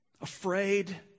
afraid